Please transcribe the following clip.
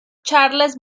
charles